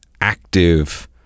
active